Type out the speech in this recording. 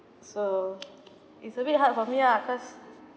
so it's a bit hard for me ah cause